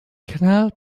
canal